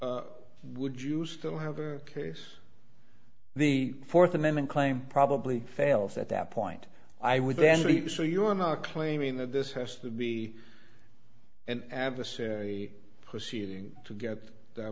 that would you still have the case the fourth amendment claim probably fails at that point i would then be so you're not claiming that this has to be an adversary proceeding to get a